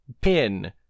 pin